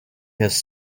his